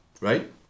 right